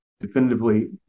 definitively